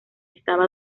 estaba